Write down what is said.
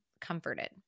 comforted